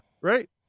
right